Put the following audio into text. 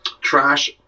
Trash